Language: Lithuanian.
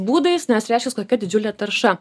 būdais nes reiškias kokia didžiulė tarša